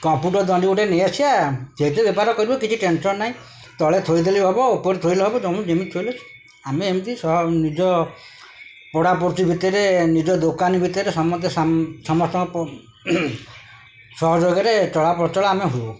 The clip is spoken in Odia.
କମ୍ପ୍ୟୁଟର୍ ଦଣ୍ଡି ଗୋଟେ ନେଇ ଆସିବା ସେଇଥିରେ ବେପାର କରିବ କିଛି ଟେନ୍ସନ୍ ନାହିଁ ତଳେ ଥୋଇଦଲେ ହବ ଉପରେ ଥୋଇଲେ ହବ ତମେ ଯେମିତି ଥୋଇଲେ ଆମେ ଏମିତି ନିଜ ପଡ଼ାପଡ଼ୋଶୀ ଭିତରେ ନିଜ ଦୋକାନୀ ଭିତରେ ସମସ୍ତେ ସମସ୍ତଙ୍କ ସହଯୋଗାରେ ଚଳାପଚଳା ଆମେ ହଉ